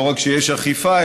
לא רק שיש אכיפה,